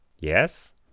Yes